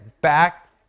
back